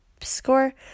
score